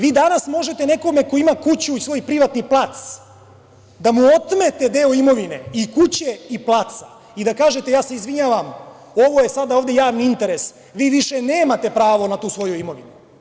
Vi danas možete nekome ko ima kuću i svoj privatni plac da mu otmete deo imovine, i kuće i placa, i da kažete – ja se izvinjavam, ovo je sada ovde javni interes, vi više nemate pravo na tu svoju imovinu.